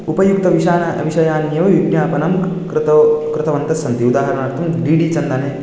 उपयुक्तविषाण विषयाण्येव विज्ञापनं कृतौ कृतवन्तः सन्ति उदाहरणार्थं डिडि चन्दने